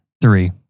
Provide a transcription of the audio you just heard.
Three